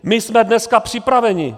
My jsme dneska připraveni.